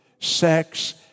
sex